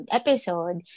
episode